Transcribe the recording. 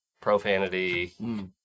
profanity